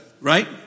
Right